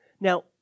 Now